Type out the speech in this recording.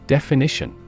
Definition